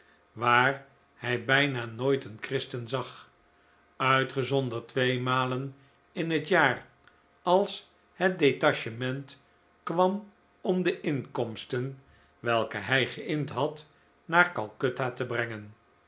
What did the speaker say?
waar hij bijna nooit een christen zag uitgezonderd twee malen in het jaar als het detachement kwam om de inkomsten welke hij gei'nd had naar calcutta te brengen